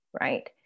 right